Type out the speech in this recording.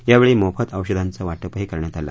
यावेळी मोफत औषधांचं वाटपही करण्यात आलं